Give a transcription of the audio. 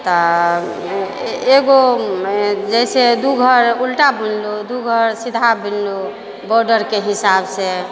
तऽ एगो जैसे दू घर उल्टा बुनलहुँ दू घर सीधा बुनलहुँ बॉर्डरके हिसाबसँ